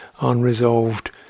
unresolved